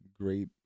great